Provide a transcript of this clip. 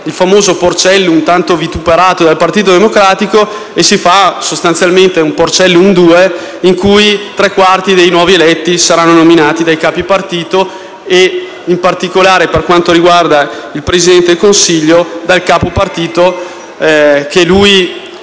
il famoso Porcellum, tanto vituperato dal Partito Democratico - ma si fa sostanzialmente un Porcellum 2, in cui tre quarti dei nuovi eletti saranno nominati dai capipartito e, in particolare per quanto riguarda il Presidente del Consiglio, dal capopartito che lui